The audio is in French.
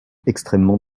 extrêmement